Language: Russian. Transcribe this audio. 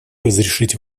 разрешить